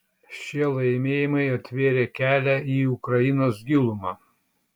šie laimėjimai atvėrė kelią į ukrainos gilumą